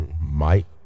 Mike